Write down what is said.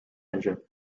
engine